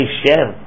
share